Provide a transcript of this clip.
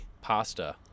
pasta